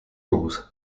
rules